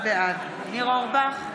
בעד ניר אורבך,